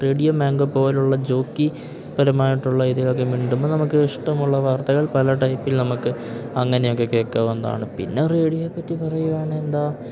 radio Mango പോലെയുള്ള jockey പരമായിട്ടുള്ള ഇതിലൊക്കെ മിണ്ടുമ്പോൾ നമുക്ക് ഇഷ്ടമുള്ള വാർത്തകൾ പല ടൈപ്പിൽ നമുക്ക് അങ്ങനെയൊക്കെ കേൾക്കാവുന്നതാണ് പിന്നെ റേഡിയോ പറ്റി പറയുവാനെന്താ